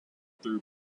through